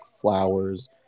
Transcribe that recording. flowers